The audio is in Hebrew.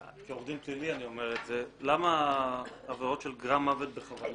כעורך דין פלילי אני אומר את זה למה עבירות גרם מוות בכוונה?